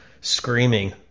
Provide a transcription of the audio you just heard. screaming